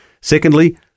Secondly